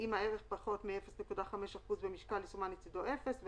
פחמימות (גר') Carbohydrates (gr.) שומנים